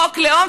חוק לאום,